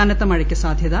കനത്ത മഴയ്ക്ക് സാധൃത